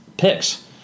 picks